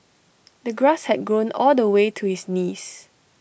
the grass had grown all the way to his knees